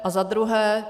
A za druhé.